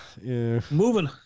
Moving